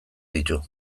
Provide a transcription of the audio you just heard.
ditu